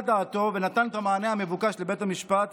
דעתו ונתן את המענה המבוקש לבית המשפט,